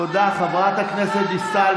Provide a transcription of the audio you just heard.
תודה, חברת הכנסת דיסטל.